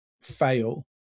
fail